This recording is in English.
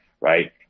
right